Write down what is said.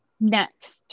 Next